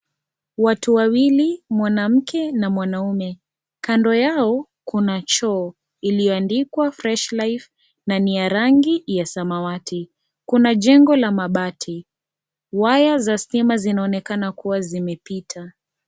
Watu wawili mwanamke na mwanaume, kando yao kuna choo iliyoandikwa fresh life na ni ya rangi ya samawati, kuna jengo la mabati, waya za stima zinaonekana kama zimepita.